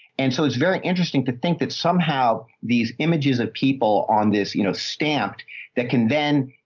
and so it was very interesting to think that somehow these images of people on this, you know, stamped that can then,